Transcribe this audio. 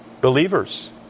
believers